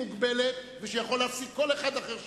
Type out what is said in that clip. מוגבלת בכנסת, ויכול להפסיק כל אחד אחר שמדבר?